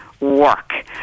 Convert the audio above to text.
work